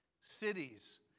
cities